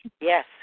Yes